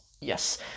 Yes